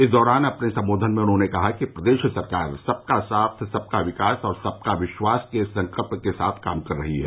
इस दौरान अपने संबोधन में उन्होने कहा कि प्रदेश सरकार सबका साथ सबका विकास और सबका विश्वास के संकल्प के साथ काम कर रही हैं